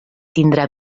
tindrà